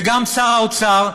וגם שר האוצר,